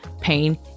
Pain